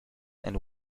and